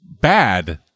bad